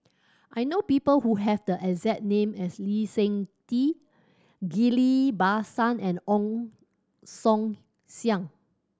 I know people who have the exact name as Lee Seng Tee Ghillie Basan and Ong Song Siang